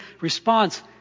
response